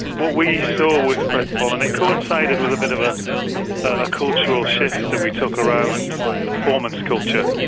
what we saw with predpol, and it coincided with a bit of ah a cultural shift that we took around performance culture.